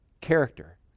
character